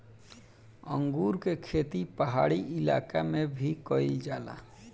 अंगूर के खेती पहाड़ी इलाका में भी कईल जाला